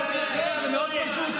זה לא בסדר.